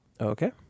Okay